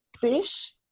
fish